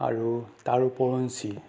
আৰু তাৰ উপৰঞ্চি